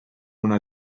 una